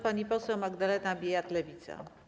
Pani poseł Magdalena Biejat, Lewica.